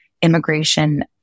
immigration